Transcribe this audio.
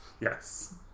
Yes